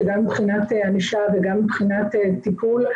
שגם מבחינת ענישה וגם מבחינת טיפול,